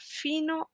fino